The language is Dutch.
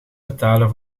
betalen